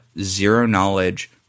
zero-knowledge